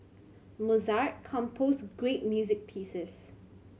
Mozart composed great music pieces